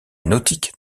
nautique